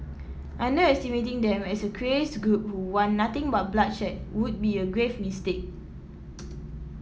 underestimating them as a crazed group who want nothing but bloodshed would be a grave mistake